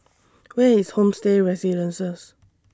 Where IS Homestay Residences